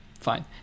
fine